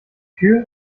kühl